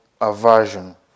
aversion